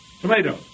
Tomato